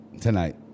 Tonight